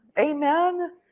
Amen